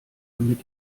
damit